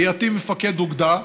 בהיותי מפקד אוגדה,